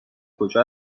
کجا